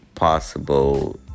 possible